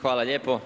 Hvala lijepo.